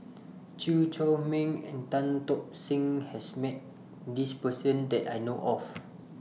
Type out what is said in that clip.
Chew Chor Meng and Tan Tock Seng has Met This Person that I know of